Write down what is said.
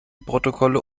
protokolle